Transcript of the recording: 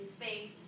space